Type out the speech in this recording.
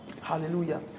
Hallelujah